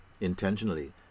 intentionally